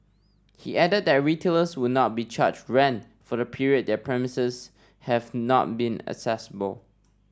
he added that retailers would not be charged rent for the period their premises have not been accessible